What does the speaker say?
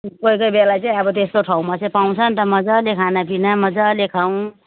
कोही कोही बेला चाहिँ अब त्यस्तो ठाउँमा चाहिँ पाउँछ नि त मज्जाले खानापिना मज्जाले खाउँ